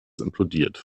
implodiert